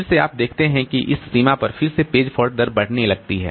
फिर से आप देखते हैं कि इस सीमा पर फिर से पेज फॉल्ट दर बढ़ने लगी है